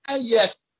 Yes